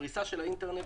הפריסה של האינטרנט,